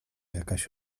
jakaś